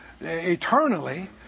eternally